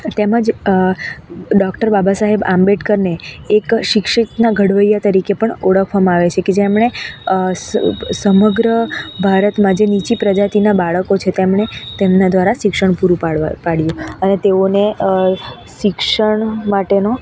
તેમ જ ડોક્ટર બાબા સાહેબ આંબેડકરને એક શિક્ષિતના ઘડવૈયા તરીકે પણ ઓળખવામાં આવે છે કે જેમણે સ સમગ્ર ભારતમાં જે નીચી પ્રજાતિના બાળકો છે તેમણે તેમના દ્વારા શિક્ષણ પૂરું પાડવા પાડ્યું અને તેઓને શિક્ષણ માટેનો